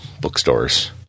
bookstores